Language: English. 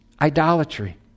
idolatry